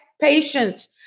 patients